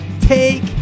Take